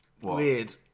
Weird